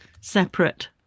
separate